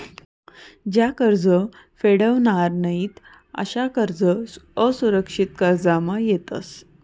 ज्या कर्ज फेडावनार नयीत अशा कर्ज असुरक्षित कर्जमा येतस